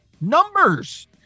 Numbers